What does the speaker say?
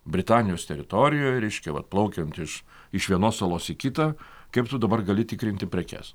britanijos teritorijoj reiškia vat plaukiant iš iš vienos salos į kitą kaip tu dabar gali tikrinti prekes